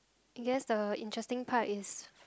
I guess the interesting part is